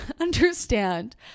understand